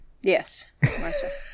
Yes